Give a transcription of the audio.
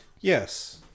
Yes